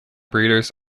breeders